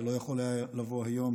שלא יכול היה לבוא היום